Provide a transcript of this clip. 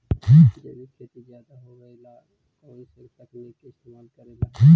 जैविक खेती ज्यादा होये ला कौन से तकनीक के इस्तेमाल करेला हई?